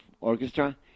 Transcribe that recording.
Orchestra